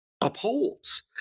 upholds